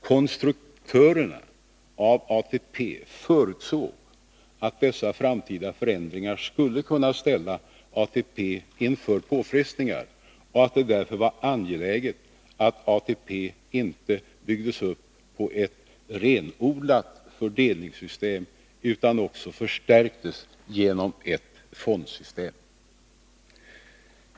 Konstruktörerna av ATP förutsåg att dessa framtida förändringar skulle kunna ställa ATP inför påfrestningar och att det därför var angeläget att ATP inte byggdes upp på ett renodlat fördelningssystem, utan också förstärktes genom ett fondsystem.